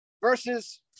versus